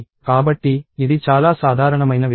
కాబట్టి ఇది చాలా సాధారణమైన విషయం